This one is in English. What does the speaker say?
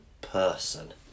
person